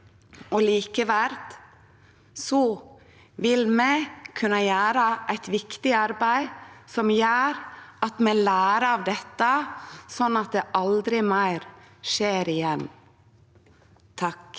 likeverd, vil kunne gjere eit viktig arbeid som gjer at vi lærer av dette, slik at det aldri skjer igjen.